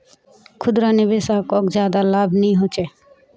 खुदरा निवेशाकोक ज्यादा लाभ नि होचे